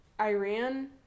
Iran